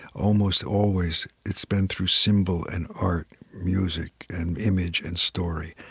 almost always it's been through symbol and art, music and image and story.